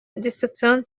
дистанцион